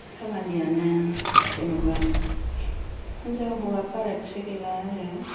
खामानियानो जेनबा हिनजाव हौवा फारागथि गैला आरो